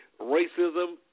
racism